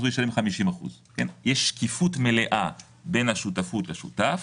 ישלם 50%. יש שקיפות מלאה בין השותפות לשותף